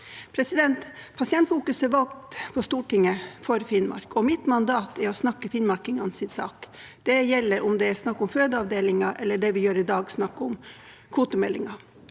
kysten. Pasientfokus er valgt på Stortinget for Finnmark, og mitt mandat er å snakke finnmarkingenes sak. Det gjelder om det er snakk om fødeavdelinger, eller – som i dag – om det er snakk om kvotemeldingen.